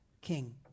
king